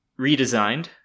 redesigned